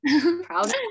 proud